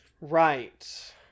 Right